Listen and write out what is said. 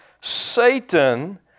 Satan